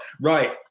Right